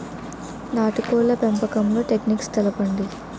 నాటుకోడ్ల పెంపకంలో టెక్నిక్స్ తెలుపండి?